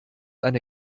eine